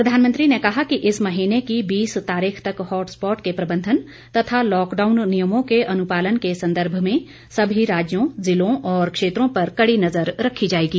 प्रधानमंत्री ने कहा कि इस महीने की बीस तारीख तक हॉट स्पॉट के प्रबंधन तथा लॉकडाउन नियमों के अनुपालन के संदर्भ में सभी राज्यों जिलों और क्षेत्रों पर कड़ी नजर रखी जायेगी